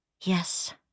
Yes